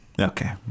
okay